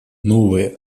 новые